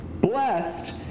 Blessed